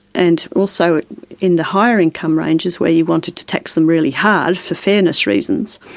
and also in the higher income ranges where you wanted to tax them really hard for fairness reasons,